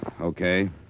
Okay